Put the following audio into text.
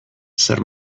zer